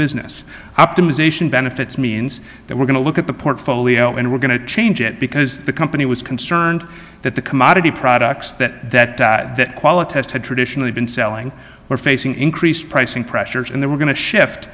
business optimization benefits means that we're going to look at the portfolio and we're going to change it because the company was concerned that the commodity products that that that quality has had traditionally been selling were facing increased pricing pressures and they were going to shift